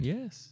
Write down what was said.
Yes